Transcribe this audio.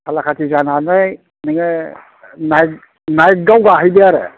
सालाखाथि जानानै नोङो नायख नायगाव गाहैदो आरो